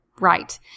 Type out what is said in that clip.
right